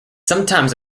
sometimes